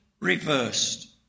reversed